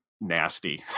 nasty